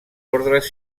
ordes